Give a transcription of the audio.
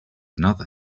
another